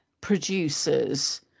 producers